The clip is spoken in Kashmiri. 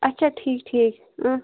اچھا ٹھیٖک ٹھیٖک